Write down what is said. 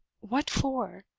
what for?